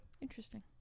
interesting